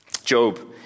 Job